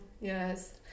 Yes